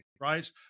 right